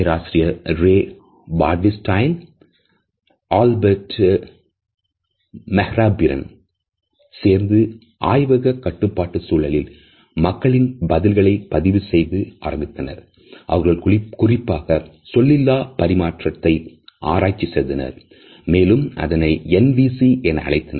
பேராசிரியர் Ray Birdwhistell Albert Mehrabian சேர்ந்து ஆய்வக கட்டுப்பாட்டு சூழலில் மக்களின் பதில்களை பதிவு செய்ய ஆரம்பித்தனர்